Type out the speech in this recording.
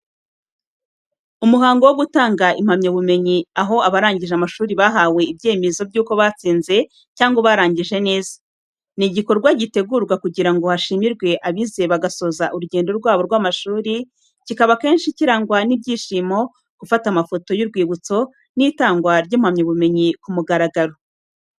Umuhango wo gutanga impamyabumenyi, aho abarangije amasomo bahawe ibyemezo by’uko batsinze cyangwa barangije neza. Ni igikorwa gitegurwa kugira ngo hashimirwe abize bagasoza urugendo rwabo rw’amashuri, kikaba akenshi kirangwa n’ibyishimo, gufata amafoto y’urwibutso, n’itangwa ry’impamyabumenyi ku mugaragaro.